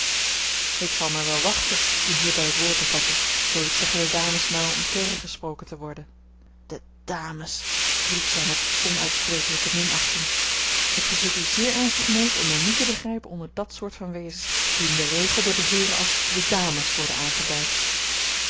ik zal mij wel wachten u hier bij t woord te vatten zoo iets zeggen de dames maar om tegengesproken te worden de dames riep zij met onuitsprekelijke minachting ik verzoek u zeer ernstig neef om mij niet te begrijpen onder dat soort van wezens die in den regel door de heeren als de dames worden aangeduid